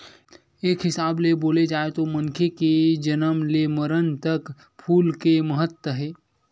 एक हिसाब ले बोले जाए तो मनखे के जनम ले मरन तक फूल के महत्ता हे